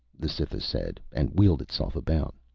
the cytha said, and wheeled itself about.